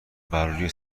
بروی